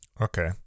Okay